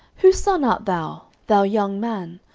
whose son art thou, thou young man?